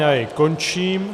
Já jej končím.